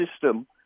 system